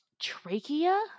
trachea